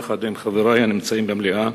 יחד עם חברי הנמצאים במליאה,